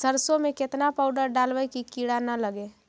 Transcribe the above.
सरसों में केतना पाउडर डालबइ कि किड़ा न लगे?